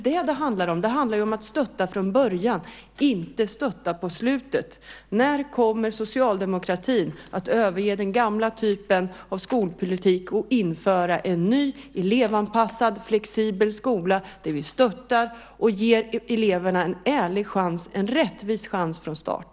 Det handlar ju om att stötta från början - inte att stötta på slutet. När kommer socialdemokratin att överge den gamla typen av skolpolitik och införa en ny elevanpassad flexibel skola där man stöttar och ger eleverna en ärlig och rättvis chans från start?